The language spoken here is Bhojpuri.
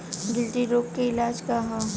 गिल्टी रोग के इलाज का ह?